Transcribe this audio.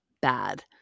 bad